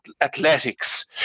athletics